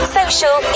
social